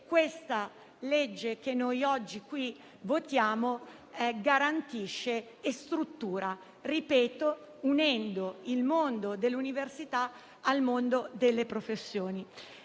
che la legge che noi oggi votiamo in questa sede garantisce e struttura, ripeto, unendo il mondo dell'università al mondo delle professioni.